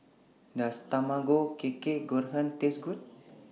Does Tamago Kake Gohan Taste Good